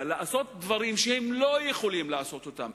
לעשות דברים שהם לא יכולים לעשות אותם,